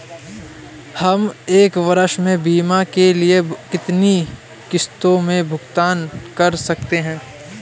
हम एक वर्ष में बीमा के लिए कितनी किश्तों में भुगतान कर सकते हैं?